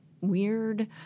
weird